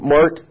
Mark